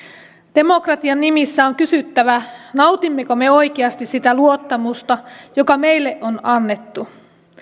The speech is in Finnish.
demokratian nimissä on kysyttävä nautimmeko me oikeasti sitä luottamusta joka meille on annettu